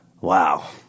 Wow